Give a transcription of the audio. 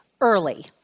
early